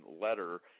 letter